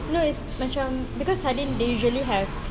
no it's macam because sardine they usually have